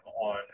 on